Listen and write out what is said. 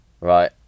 right